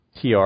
TR